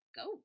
Go